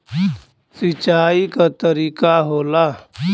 सिंचाई क तरीका होला